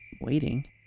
waiting